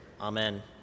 Amen